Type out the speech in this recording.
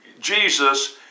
Jesus